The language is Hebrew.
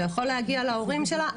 זה יכול להגיע להורים שלה,